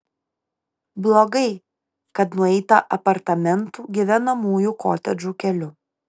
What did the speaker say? blogai kad nueita apartamentų gyvenamųjų kotedžų keliu